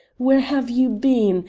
where have you been?